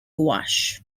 gouache